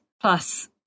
plus